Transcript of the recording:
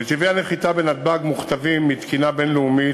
נתיבי הנחיתה בנתב"ג מוכתבים מתקינה בין-לאומית,